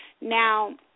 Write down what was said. Now